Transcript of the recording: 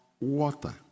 water